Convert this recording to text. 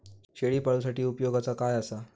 शेळीपाळूसाठी उपयोगाचा काय असा?